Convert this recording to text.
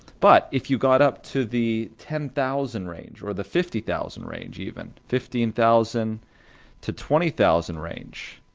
but if you got up to the ten thousand range or the fifty thousand range, even fifteen thousand to twenty thousand range,